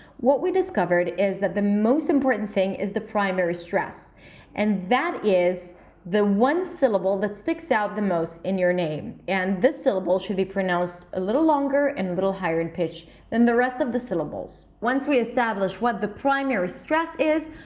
what we discovered is that the most important thing is the primary stress and that is the one syllable that sticks out the most in your name. and this syllable should be pronounced a little longer and a little higher in pitch than the rest of the syllables. once we establish what the primary stress is,